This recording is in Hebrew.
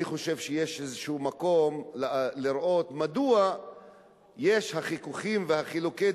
אלא אני חושב שיש איזה מקום לראות מדוע ישנם חיכוכים וחילוקי